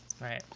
right